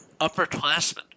upperclassmen